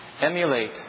emulate